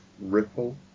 ripple